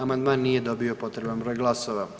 Amandman nije dobio potreban broj glasova.